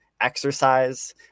exercise